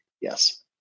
Yes